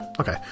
okay